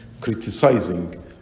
criticizing